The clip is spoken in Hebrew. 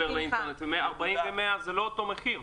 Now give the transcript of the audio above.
40 ו-100, זה לא אותו מחיר.